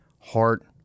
heart